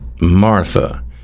Martha